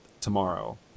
tomorrow